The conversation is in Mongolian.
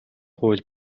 хууль